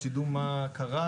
שתדעו מה קרה.